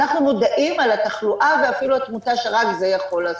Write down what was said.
אנחנו מודעים לתחלואה ואפילו התמותה שרק זה יכול לעשות.